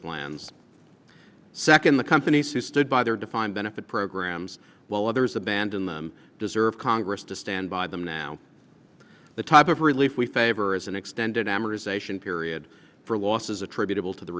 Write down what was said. plans second the companies who stood by their defined benefit programs while others abandon them deserve congress to stand by them now the type of relief we favor is an extended amortization period for losses attributable to the